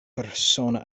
persona